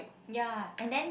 ya and then